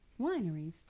wineries